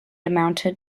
amounted